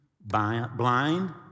blind